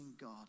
God